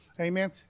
Amen